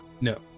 No